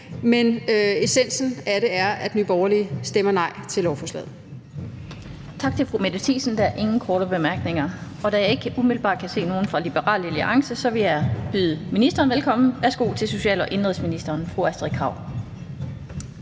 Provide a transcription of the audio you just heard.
Men essensen af det er, at Nye Borgerlige stemmer nej til lovforslaget.